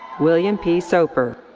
william p. soper.